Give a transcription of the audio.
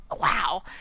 wow